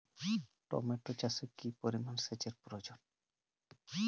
Tomato চাষে কি পরিমান সেচের প্রয়োজন?